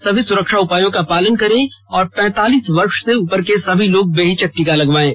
सभी सुरक्षा उपायों का पालन करें और पैंतालीस वर्ष से उपर के सभी लोग बेहिचक टीका लगवायें